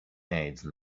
age